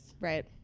right